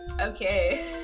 Okay